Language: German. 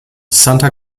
santa